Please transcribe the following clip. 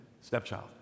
stepchild